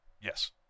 Yes